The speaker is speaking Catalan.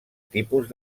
tipus